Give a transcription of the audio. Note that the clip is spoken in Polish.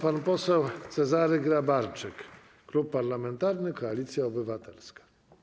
Pan poseł Cezary Grabarczyk, Klub Parlamentarny Koalicja Obywatelska.